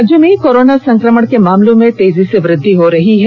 राज्य में कोरोना संकमण के मामलों में तेजी से वृद्धि हो रही है